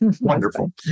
Wonderful